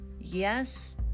Yes